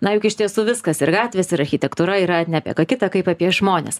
na juk iš tiesų viskas ir gatvės ir architektūra yra ne apie ką kita kaip apie žmones